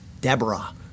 Deborah